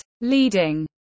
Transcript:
leading